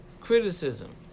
criticism